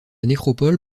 nécropole